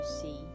see